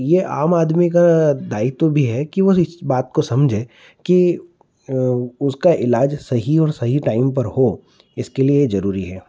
ये आम आदमी का दायित्व भी है कि वह इस बात को समझे कि उसका इलाज सही और सही टाइम पर हो इसके लिए जरूरी है